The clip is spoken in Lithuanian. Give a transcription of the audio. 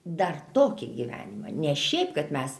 dar tokį gyvenimą ne šiaip kad mes